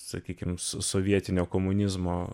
sakykims sovietinio komunizmo